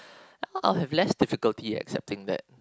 oh less difficulty accepting that